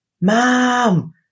mom